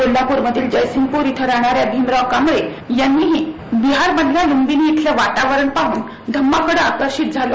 कोल्हापूरमधील जयसिंगपूर इथं राहणाऱ्या भीमराव कांबळे यांनीही बिहारमधल ल्म्बिनी इथलं वातावरण पाहन धाम्माकड आकर्षित झालो